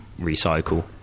recycle